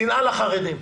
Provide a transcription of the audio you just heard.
השנאה לחרדים,